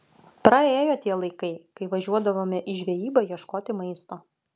praėjo tie laikai kai važiuodavome į žvejybą ieškoti maisto